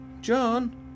John